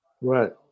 Right